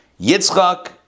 Yitzchak